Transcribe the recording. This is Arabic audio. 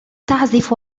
تعزف